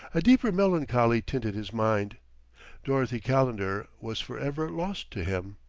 a deeper melancholy tinted his mind dorothy calendar was for ever lost to him.